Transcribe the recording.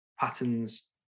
patterns